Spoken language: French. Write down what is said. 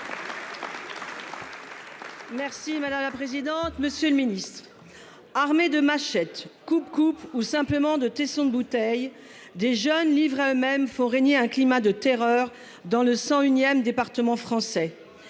Merci madame la présidente. Monsieur le Ministre. Armés de machettes coupe coupe ou simplement de tessons de bouteille des jeunes livrés à eux-mêmes font régner un climat de terreur dans le 100 unième département français.